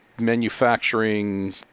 manufacturing